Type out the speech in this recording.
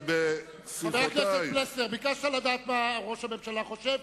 חבר הכנסת פלסנר, ביקשת לדעת מה ראש הממשלה חושב.